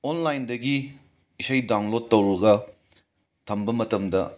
ꯑꯣꯟꯂꯥꯏꯟꯗꯒꯤ ꯏꯁꯩ ꯗꯥꯎꯟꯂꯣꯠ ꯇꯧꯔꯒ ꯊꯝꯕ ꯃꯇꯝꯗ